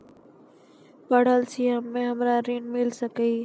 पढल छी हम्मे हमरा ऋण मिल सकई?